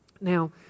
Now